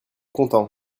content